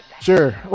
sure